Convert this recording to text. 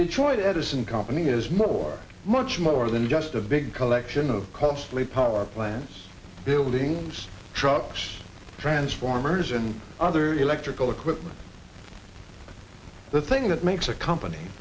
choice edison company is more much more than just a big collection of closely power plants buildings trucks transformers and other electrical equipment the thing that makes a company